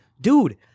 dude